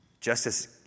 Justice